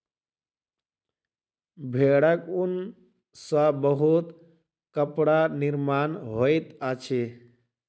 भेड़क ऊन सॅ बहुत कपड़ा निर्माण होइत अछि